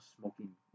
smoking